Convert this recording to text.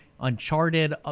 uncharted